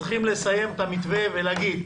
צריכים לסיים את המתווה ולהגיד,